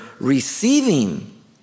receiving